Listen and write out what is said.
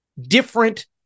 different